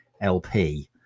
lp